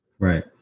Right